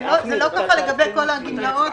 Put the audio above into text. זה לא ככה לגבי כל הגמלאות?